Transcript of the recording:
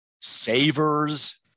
savers